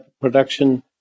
production